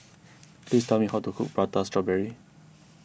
please tell me how to cook Prata Strawberry